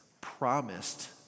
promised